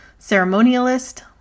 ceremonialist